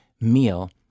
meal